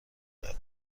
داد